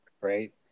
right